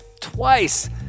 Twice